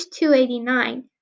289